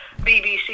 BBC